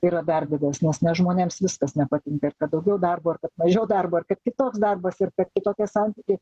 yra dar didesnis nes žmonėms viskas nepatinka ir kad daugiau darbo ir kad mažiau darbo ir kad kitoks darbas ir kad kitokie santykiai